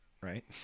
right